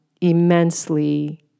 immensely